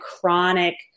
chronic